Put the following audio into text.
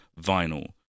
vinyl